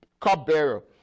cupbearer